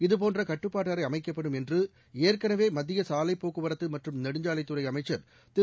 இதுபோன்றகட்டுப்பாட்டுஅறைஅமைக்கப்படும் என்றுஏற்கனவேமத்தியசாலைப்போக்குவரத்தமற்றும்நெடுஞ்சாலைத்துறைஅமைச்சா் திரு